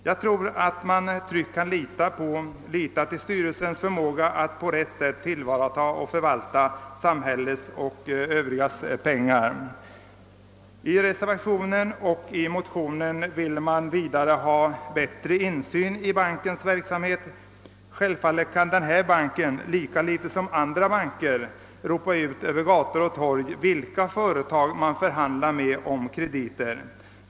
Jag tror att man tryggt kan lita till styrelsens förmåga att på rätt sätt tillvarata och förvalta samhällets och övrigas pengar. I reservationen och i motionerna vill man vidare få till stånd bättre insyn i bankens verksamhet. Självfallet kan denna bank lika litet som andra banker ropa ut över gator och torg, med vilka företag förhandlingar äger rum om krediter.